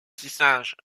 tissage